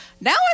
now